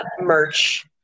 merch